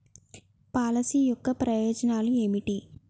Policy యొక్క ప్రయోజనాలు ఏమిటి?